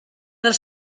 del